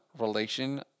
relation